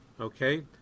okay